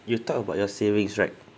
you talk about your savings right